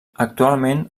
actualment